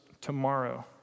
tomorrow